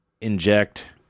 inject